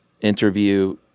interview